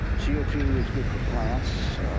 c o two is good for plants,